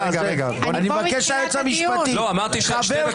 אני באמת קורא לכם כמי שמכבדים את הבית הזה לכל הפחות לסעיף 8,